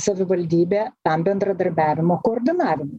savivaldybė tam bendradarbiavimo koordinavimui